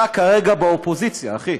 אתה כרגע באופוזיציה, אחי,